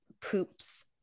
poops